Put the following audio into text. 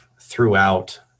throughout